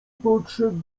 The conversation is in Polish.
podszedł